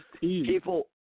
people –